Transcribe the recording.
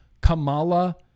kamala